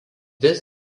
vis